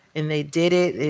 and they did it.